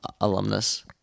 alumnus